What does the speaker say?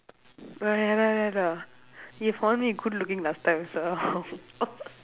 oh ya lah ya lah he found me good looking last time so